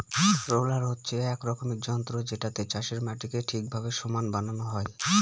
roller হচ্ছে এক রকমের যন্ত্র যেটাতে চাষের মাটিকে ঠিকভাবে সমান বানানো হয়